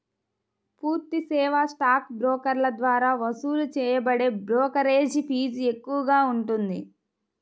పూర్తి సేవా స్టాక్ బ్రోకర్ల ద్వారా వసూలు చేయబడే బ్రోకరేజీ ఫీజు ఎక్కువగా ఉంటుంది